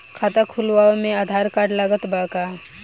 खाता खुलावे म आधार कार्ड लागत बा का?